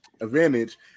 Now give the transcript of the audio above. advantage